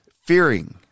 Fearing